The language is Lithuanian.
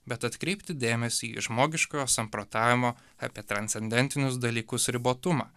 bet atkreipti dėmesį į žmogiškojo samprotavimo apie transcendentinius dalykus ribotumą